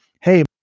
hey